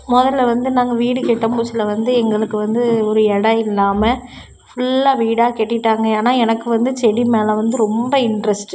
முதல்ல வந்து நாங்கள் வீடு காட்டும் புதுசில் வந்து எங்களுக்கு வந்து ஒரு இடம் இல்லாமல் ஃபுல்லா வீடாக கட்டிட்டாங்க ஏன்னா எனக்கு வந்து செடி மேலே வந்து ரொம்ப இன்ட்ரெஸ்ட்டு